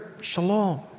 shalom